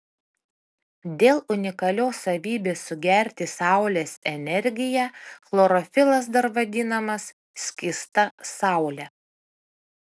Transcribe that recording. dėl unikalios savybės sugerti saulės energiją chlorofilas dar vadinamas skysta saule